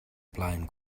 blaen